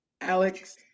Alex